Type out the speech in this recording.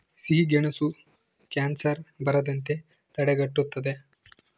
ಸಿಹಿಗೆಣಸು ಕ್ಯಾನ್ಸರ್ ಬರದಂತೆ ತಡೆಗಟ್ಟುತದ